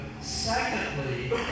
Secondly